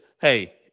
Hey